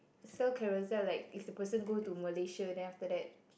sell Carousell like if the person go to Malaysia then after